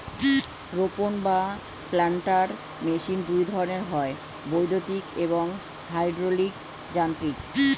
রোপক বা planter machine দুই ধরনের হয়, বৈদ্যুতিন এবং হাইড্রলিক যান্ত্রিক